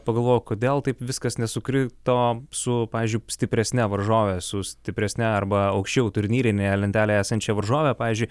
pagalvojau kodėl taip viskas nesukrito su pavyzdžiui stipresne varžove su stipresne arba aukščiau turnyrinėje lentelėje esančia varžove pavyzdžiui